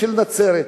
של נצרת.